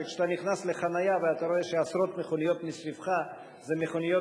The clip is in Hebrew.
שכשאתה נכנס לחנייה ואתה רואה שעשרות מכוניות מסביבך זה מכוניות